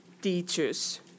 teachers